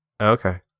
Okay